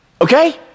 Okay